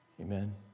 Amen